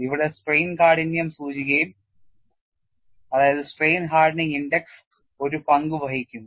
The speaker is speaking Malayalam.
ഇവിടെ സ്ട്രെയിൻ കാഠിന്യം സൂചികയും ഒരു പങ്ക് വഹിക്കും